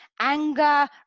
anger